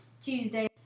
Tuesday